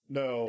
no